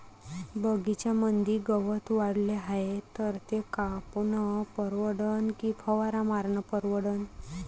बगीच्यामंदी गवत वाढले हाये तर ते कापनं परवडन की फवारा मारनं परवडन?